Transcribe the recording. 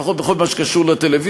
לפחות בכל מה שקשור לטלוויזיה,